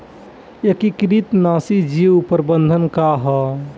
एकीकृत नाशी जीव प्रबंधन का ह?